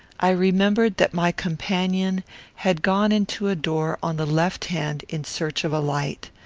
i remembered that my companion had gone into a door on the left hand, in search of a light.